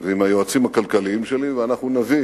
ועם היועצים הכלכליים שלי, ואנחנו נביא